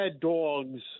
dogs